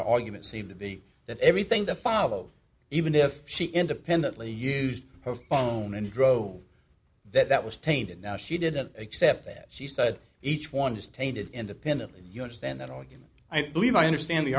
our argument seemed to be that everything that followed even if she independently used her phone and drove that was tainted now she didn't accept that she said each one is tainted independently you understand that only can i believe i understand the